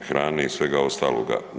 hrane i svega ostaloga.